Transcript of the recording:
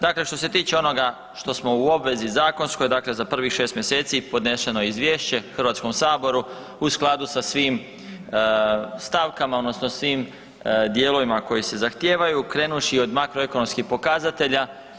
Dakle, što se tiče onoga što smo u obvezi zakonskoj za prvih 6 mjeseci podnešeno je izvješće Hrvatskom saboru u skladu sa svim stavkama odnosno sa svim dijelovima koji se zahtijevaju krenuvši od makroekonomskih pokazatelja.